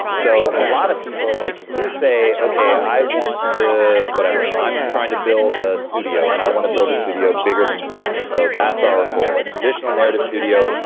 so a lot of people, like if you say, okay, i want to whatever. so i'm trying to build a studio, and i want to build a studio bigger than disney. so that's our goal. a traditional narrative studio,